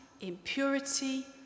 impurity